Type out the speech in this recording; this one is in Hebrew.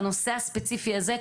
בנושא הספציפי הזה,